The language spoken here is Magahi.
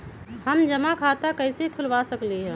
हम जमा खाता कइसे खुलवा सकली ह?